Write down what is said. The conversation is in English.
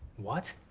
what?